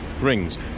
rings